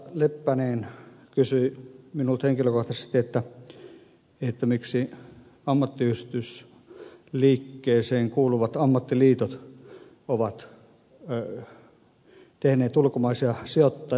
leppä kysyi minulta henkilökohtaisesti miksi ammattiyhdistysliikkeeseen kuuluvat ammattiliitot ovat tehneet ulkomaisia sijoituksia